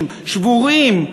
שבורים,